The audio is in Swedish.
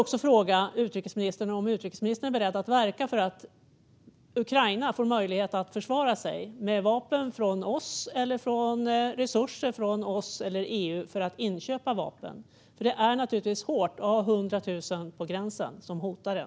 Jag vill fråga utrikesministern om hon är beredd att verka för att Ukraina får möjlighet att försvara sig med vapen från oss eller med resurser från oss eller EU för att inköpa vapen, för det är givetvis hårt att ha 100 000 soldater på gränsen som hotar en.